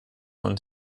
und